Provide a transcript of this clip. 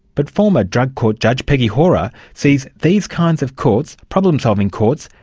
but former drug court judge, peggy hora, sees these kinds of courts, problem-solving courts,